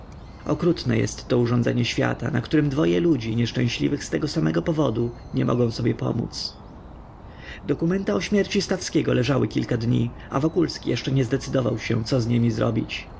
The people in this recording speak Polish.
co ja okrutne jestto urządzenie świata na którym dwoje ludzi nieszczęśliwych z tego samego powodu nie mogą sobie pomódz dokumenta o śmierci stawskiego leżały kilka dni a wokulski jeszcze nie zdecydował się co z niemi zrobić